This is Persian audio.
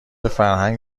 فرهنگ